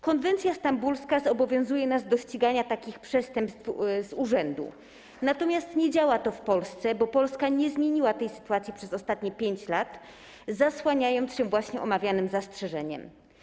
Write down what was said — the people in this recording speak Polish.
Konwencja stambulska zobowiązuje nas do ścigania takich przestępstw z urzędu, natomiast nie działa to w Polsce, bo Polska nie zmieniła tej sytuacji przez ostatnich 5 lat, zasłaniając się omawianym zastrzeżeniem.